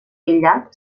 aïllat